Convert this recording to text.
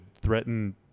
threaten